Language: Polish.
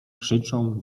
krzyczą